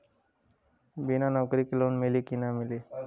बिना नौकरी के लोन मिली कि ना?